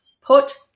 Put